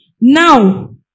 Now